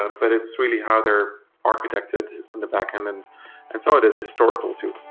ah but it's really how they're architected and the backend, and and so it is historical too.